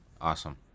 Awesome